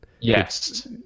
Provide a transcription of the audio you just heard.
Yes